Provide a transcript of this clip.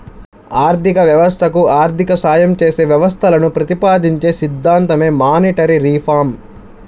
ఆర్థిక వ్యవస్థకు ఆర్థిక సాయం చేసే వ్యవస్థలను ప్రతిపాదించే సిద్ధాంతమే మానిటరీ రిఫార్మ్